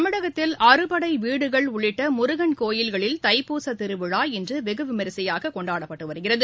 தமிழகத்தில் அறுபடை வீடுகள் உள்ளிட்ட முருகன் கோவில்களில் தைப்பூச திருவிழா இன்று வெகுவிமரிசையாக கொண்டாடப்பட்டு வருகிறது